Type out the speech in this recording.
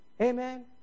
Amen